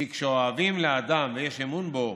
כי כשאוהבים לאדם ויש אמון בו